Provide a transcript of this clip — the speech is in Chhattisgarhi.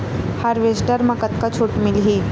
हारवेस्टर म कतका छूट मिलही?